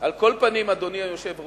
על כל פנים, אדוני היושב-ראש,